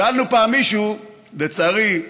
שאלנו פעם מישהו, לצערי,